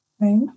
Right